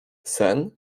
sen